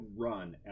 run